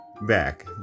back